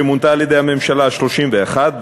שמונתה על-ידי הממשלה ה-31,